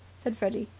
said freddy.